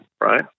right